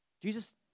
Jesus